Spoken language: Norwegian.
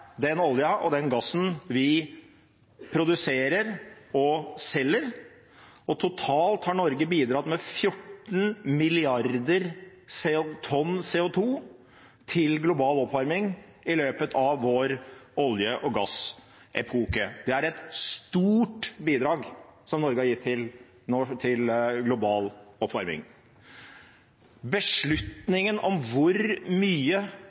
den olje og gass vi produserer og selger. Totalt har Norge bidratt med 14 milliarder tonn CO2 til global oppvarming i løpet av vår olje- og gassepoke. Det er et stort bidrag som Norge har gitt til global oppvarming. Beslutningen om hvor mye mer olje og gass som skal produseres fra norsk side, med andre ord hvor mye